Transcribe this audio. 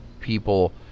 people